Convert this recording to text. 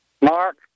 Mark